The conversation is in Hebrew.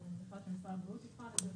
אני מניחה שמשרד הבריאות יבחן את זה.